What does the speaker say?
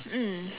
mm